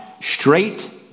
straight